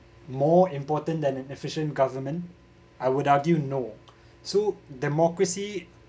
more important than an efficient government I would argue no so democracy